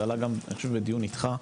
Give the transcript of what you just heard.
זה עלה גם, אני חושב, בדיון איתך.